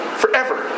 forever